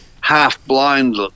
half-blind